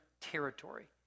territory